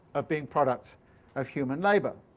of being products of human labour.